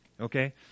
okay